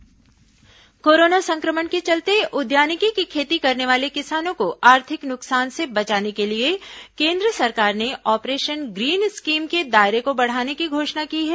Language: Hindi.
ऑपरेशन ग्रीन स्कीम कोरोना संक्रमण के चलते उद्यानिकी की खेती करने वाले किसानों को आर्थिक नुकसान से बचाने के लिए केन्द्र सरकार ने ऑपरेशन ग्रीन स्कीम के दायरे को बढ़ाने की घोषणा की है